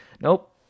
Nope